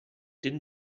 din